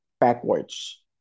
backwards